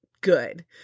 good